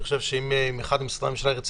ואני חושב שאם אחד ממשרדי הממשלה ירצה